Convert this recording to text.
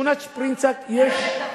בשכונת-שפרינצק יש, המתווכים.